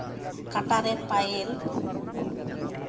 ᱠᱟᱴᱟᱨᱮ ᱯᱟᱭᱮᱞ